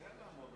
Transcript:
בבקשה.